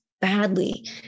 badly